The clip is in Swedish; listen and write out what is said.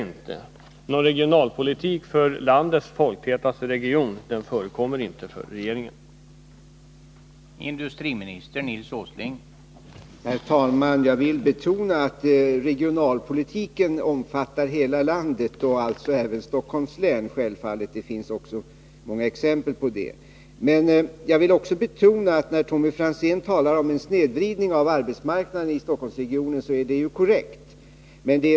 Någon regionalpolitik för landets folktätaste region förekommer tydligen inte från regeringens sida.